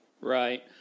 Right